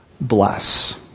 bless